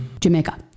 Jamaica